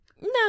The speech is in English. No